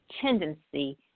tendency